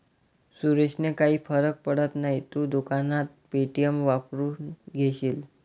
सुरेशने काही फरक पडत नाही, तू दुकानात पे.टी.एम वापरून घेशील